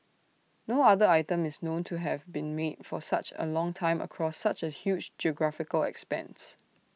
no other item is known to have been made for such A long time across such A huge geographical expanse